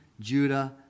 Judah